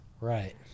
right